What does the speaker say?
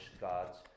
God's